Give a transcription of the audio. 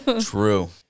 True